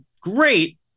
great